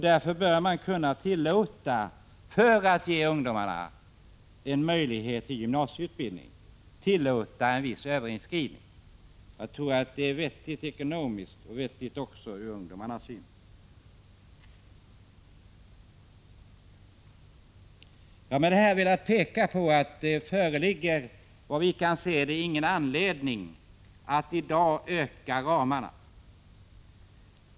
Därför bör man, för att ge ungdomarna en möjlighet till gymnasieutbildning, kunna tillåta en viss överinskrivning. Jag tror att det är vettigt ekonomiskt och vettigt också ur ungdomarnas synpunkt. Jag har här velat peka på att det, såvitt vi kan se, inte föreligger någon anledning att i dag vidga ramarna.